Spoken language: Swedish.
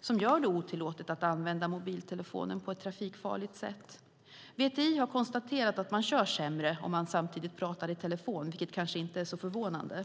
som gör det otillåtet att använda mobiltelefonen på ett trafikfarligt sätt. VTI har konstaterat att man kör sämre om man samtidigt pratar i telefon, vilket kanske inte är så förvånande.